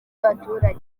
abaturage